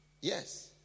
Yes